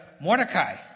Mordecai